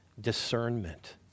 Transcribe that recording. discernment